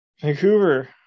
Vancouver